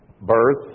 birth